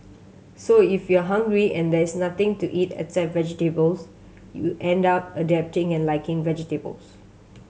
so if you are hungry and there is nothing to eat except vegetables you end up adapting and liking vegetables